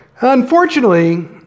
Unfortunately